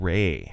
Ray